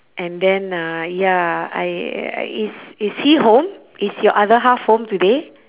and then uh ya I I is is he home is your other half home today